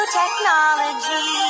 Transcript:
technology